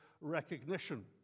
recognition